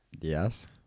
Yes